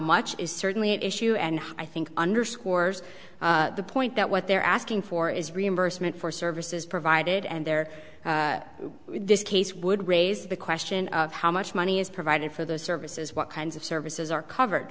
much is certainly an issue and i think underscores the point that what they're asking for is reimbursement for services provided and there this case would raise the question of how much money is provided for those services what kinds of services are covered